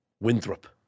Winthrop